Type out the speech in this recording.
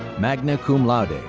magna cum laude.